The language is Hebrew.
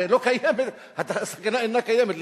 הרי הסכנה אינה קיימת.